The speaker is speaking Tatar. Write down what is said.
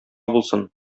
булсын